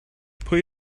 pwy